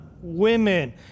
women